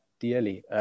dearly